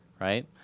Right